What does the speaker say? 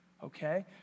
Okay